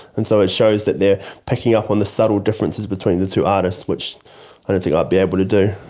and so it shows that they are picking up on the subtle differences between the two artists, which i don't think i'd be able to do.